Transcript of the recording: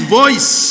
voice